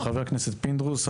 חבר הכנסת פינדרוס.